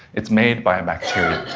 it's made by a bacteria.